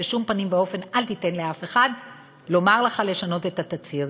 בשום פנים ואופן אל תיתן לאף אחד לומר לך לשנות את התצהיר,